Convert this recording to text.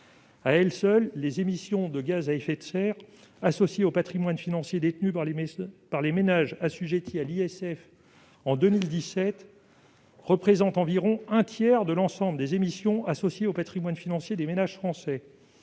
À elles seules, les émissions de gaz à effet de serre associées au patrimoine financier détenu par les ménages assujettis à l'ISF en 2017 représentent environ un tiers de l'ensemble des émissions associées au patrimoine financier des ménages français.